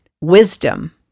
wisdom